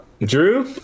drew